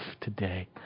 today